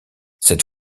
cette